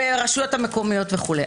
ברשויות המקומיות וכו'.